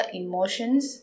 emotions